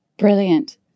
Brilliant